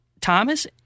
Thomas